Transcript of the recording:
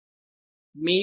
B B